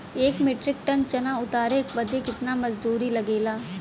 एक metric ton चना उतारे बदे कितना मजदूरी लगे ला?